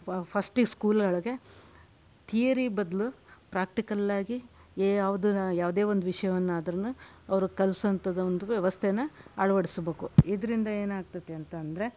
ಫ ಫ಼ರ್ಸ್ಟಿಗೆ ಸ್ಕೂಲೊಳಗೆ ಥಿಯರಿ ಬದಲು ಪ್ರಾಕ್ಟಿಕಲ್ ಆಗಿ ಏ ಯಾವ್ದನ್ನ ಯಾವುದೇ ಒಂದು ವಿಷಯವನ್ನಾದರೂನು ಅವರು ಕಲಿಸುವಂತದ್ದು ಒಂದು ವ್ಯವಸ್ಥೆನ ಅಳವಡಿಸಬೇಕು ಇದರಿಂದ ಏನಾಗ್ತದೆ ಅಂತ ಅಂದರೆ